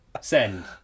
send